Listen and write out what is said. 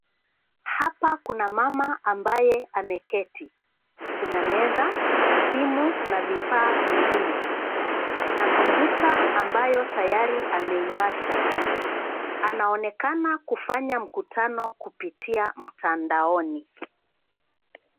Hapa kuna mama ambaye ameketi, kuna meza, simu na vifaa vingine. Kuna kompyuta ambayo tayari ameiwasha, anaonekana kufanya mkutano kupitia mtandaoni.